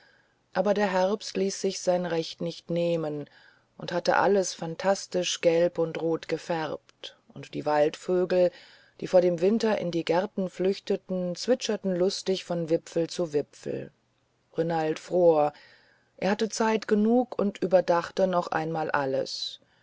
aber der herbst ließ sich sein recht nicht nehmen und hatte alles phantastisch gelb und rot gefärbt und die waldvögel die vor dem winter in die gärten flüchteten zwitscherten lustig von wipfel zu wipfel renald fror er hatte zeit genug und überdachte noch einmal alles